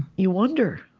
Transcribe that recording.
you wonder,